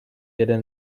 jeden